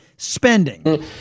spending